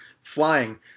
flying